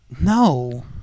No